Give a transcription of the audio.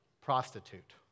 prostitute